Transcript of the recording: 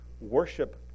Worship